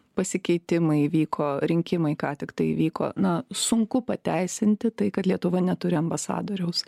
pasikeitimai vyko rinkimai ką tiktai įvyko na sunku pateisinti tai kad lietuva neturi ambasadoriaus